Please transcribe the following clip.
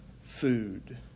food